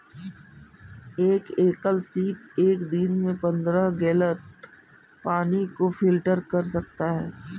एक एकल सीप एक दिन में पन्द्रह गैलन पानी को फिल्टर कर सकता है